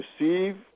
receive